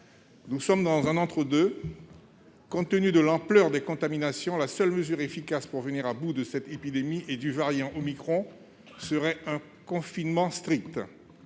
Nous sommes dans un entre-deux. Compte tenu de l'ampleur des contaminations, la seule mesure efficace pour venir à bout de cette épidémie et du variant omicron serait un confinement strict.